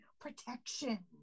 Protection